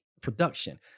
production